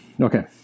Okay